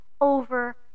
over